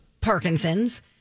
parkinson's